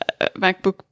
MacBook